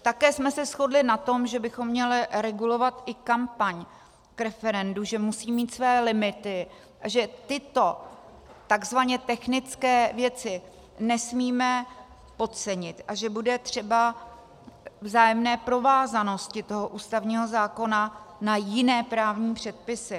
Také jsme se shodli na tom, že bychom měli regulovat i kampaň k referendu, že musí mít své limity a že tyto takzvaně technické věci nesmíme podcenit a že bude třeba vzájemné provázanosti toho ústavního zákona na jiné právní předpisy.